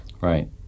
Right